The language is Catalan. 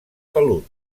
pelut